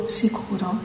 sicuro